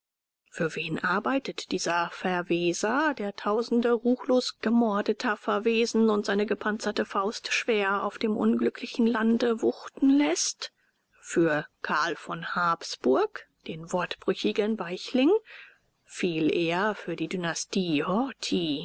für wen arbeitet dieser verweser der tausende ruchlos gemordeter verwesen und seine gepanzerte faust schwer auf dem unglücklichen lande wuchten läßt für karl von habsburg den wortbrüchigen weichling viel eher für die dynastie